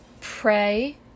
Pray